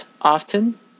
often